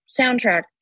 soundtrack